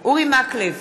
אורי מקלב,